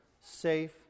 safe